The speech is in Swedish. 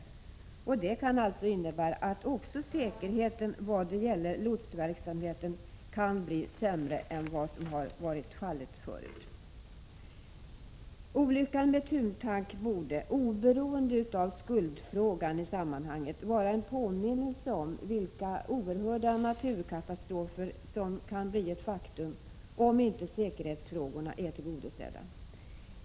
Det kan alltså innebära att också säkerheten i vad gäller lotsverksamheten kan bli sämre än vad som har varit fallet förut. Olyckan med Thuntank borde, oberoende av skuldfrågan i sammanhanget, vara en påminnelse om vilka oerhörda naturkatastrofer som kan bli ett faktum om inte säkerhetskraven är tillgodosedda.